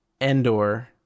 Endor